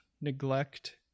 neglect